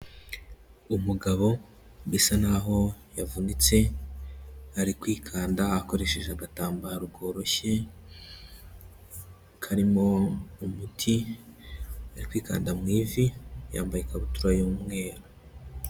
Umugabo bisa naho yavunitse, ari kwikanda akoresheje agatambaro koroshye, karimo umuti, ari kwikanda mu ivi, yambaye ikabutura y'umweru.